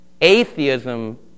Atheism